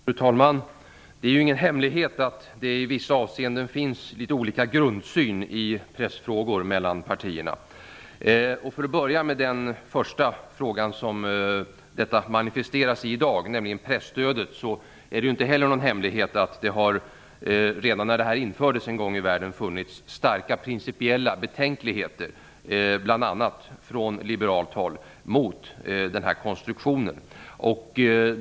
Fru talman! Det är ingen hemlighet att det i vissa avseenden finns olika grundsyn i pressfrågor mellan partierna. För att börja med den första frågan som det i dag manifesteras i, nämligen presstödet, är det inte heller någon hemlighet att det redan när det infördes en gång i världen har funnits starka principiella betänkligheter bl.a. från liberalt håll mot konstruktionen.